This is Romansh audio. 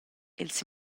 els